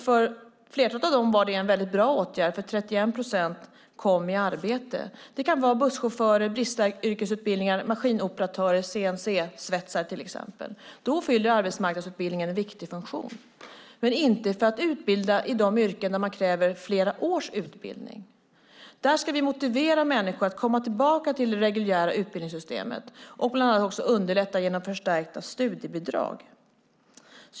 För flertalet av dessa var det en väldigt bra åtgärd, för 31 procent kom i arbete. Det kan till exempel vara busschaufförer, bristyrkesutbildningar, maskinoperatörer och CNC-svetsare. Då fyller arbetsmarknadsutbildningen en viktig funktion, men inte för att utbilda i de yrken där man kräver flera års utbildning. Där ska vi motivera människor att komma tillbaka till det reguljära utbildningssystemet och bland annat också underlätta genom förstärkta studiebidrag.